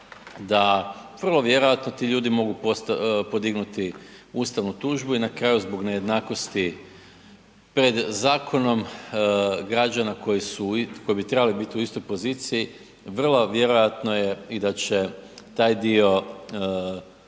da vrlo vjerojatno ti ljudi mogu podignuti ustavnu tužbu i na kraju zbog nejednakosti pred zakonom građana koji bi trebali biti u istoj poziciji, vrlo vjerojatno je da će i taj dio